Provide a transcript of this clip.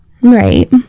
Right